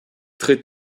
très